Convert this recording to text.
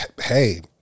Hey